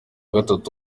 gatatu